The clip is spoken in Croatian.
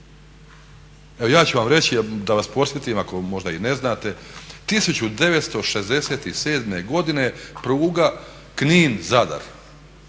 Evo ja ću vam reći da vas podsjetim ako možda i ne znate 1967. godine pruga Knin-Zadar.